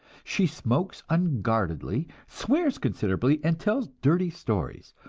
she smokes unguardedly, swears considerably, and tells dirty stories.